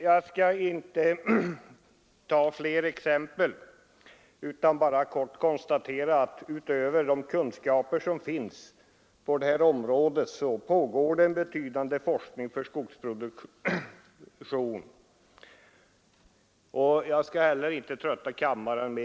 Jag skall inte trötta kammaren med att exemplifiera mer; jag vill bara konstatera att det pågår en betydande forskning om skogsproduktion.